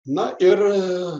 na ir